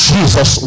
Jesus